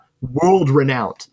World-renowned